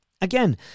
Again